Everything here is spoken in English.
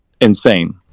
insane